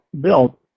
built